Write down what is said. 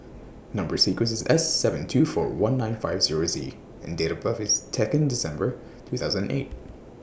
Number sequence IS S seven two four one nine five Zero Z and Date of birth IS Second December two thousand and eight